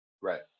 Right